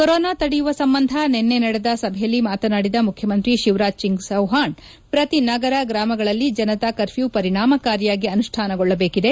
corona ತಡೆಯುವ ಸಂಬಂಧ ನಿನ್ನೆ ನಡೆದ ಸಭೆಯಲ್ಲಿ ಮಾತನಾಡಿದ ಮುಖ್ಯಮಂತ್ರಿ ಶಿವರಾಜ್ ಸಿಂಗ್ ಚೌಹಾಣ್ ಪ್ರತಿ ನಗರ ಗ್ರಾಮಗಳಲ್ಲಿ ಜನತಾ ಕರ್ಫ್ಲೂ ಪರಿಣಾಮಕಾರಿಯಾಗಿ ಅನುಷ್ಠಾನಗೊಳ್ಳಬೇಕಿದೆ